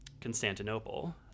Constantinople